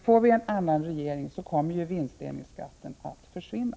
Får vi en annan regering kommer vinstdelningsskatten att försvinna.